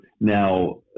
Now